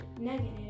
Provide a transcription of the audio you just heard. negative